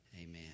amen